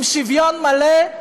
עם שוויון מלא,